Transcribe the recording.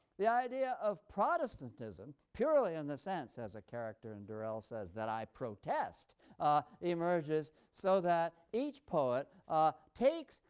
the idea of protestantism purely in the sense, as a character in durrell says, that i protest emerges so that each poet ah takes,